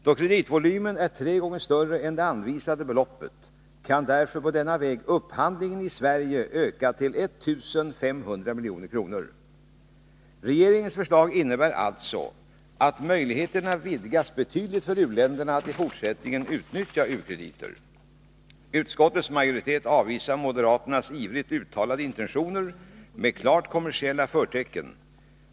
Då kreditvolymen är tre gånger större än det anvisade beloppet, kan på denna väg upphandlingen i Sverige öka till 1500 milj.kr. Regeringens förslag innebär alltså att möjligheten betydligt vidgas för u-länderna att i fortsättningen utnyttja u-krediter. Utskottsmajoriteten avvisar moderaternas ivrigt uttalade intentioner med klart kommersiella förtecken.